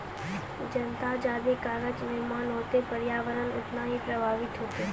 जतना जादे कागज निर्माण होतै प्रर्यावरण उतना ही प्रभाबित होतै